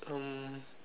um